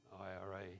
IRA